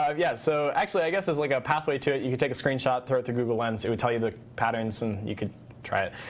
um yeah, so actually, i guess as like a pathway to it, you could take a screenshot, throw it to google lens, it would tell you the patterns, and you could try it.